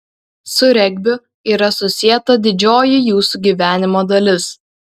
su regbiu yra susieta didžioji jūsų gyvenimo dalis